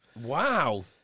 wow